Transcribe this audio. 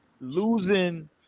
losing